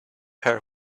pair